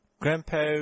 Grandpa